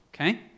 okay